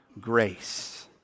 grace